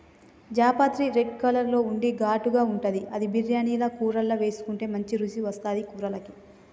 జాపత్రి red colour లో ఉండి ఘాటుగా ఉంటది అది బిర్యానీల కూరల్లా వేసుకుంటే మస్తు రుచి వస్తది కూరలకు